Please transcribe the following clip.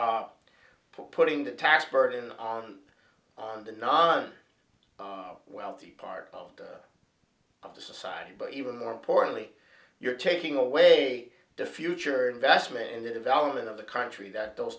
are putting the tax burden on on the non wealthy part of the of the society but even more importantly you're taking away the future investment in the development of the country that those